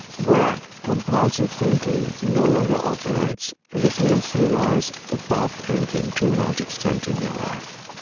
where compulsive thinking no longer operates. this means you rise above thinking to a large extent in your life,